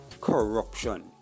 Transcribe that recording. corruption